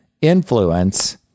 influence